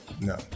No